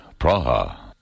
Praha